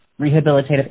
rehabilitative